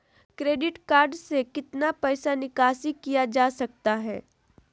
Credit card से कितना पैसा निकासी किया जा सकता है?